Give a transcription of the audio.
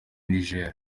niger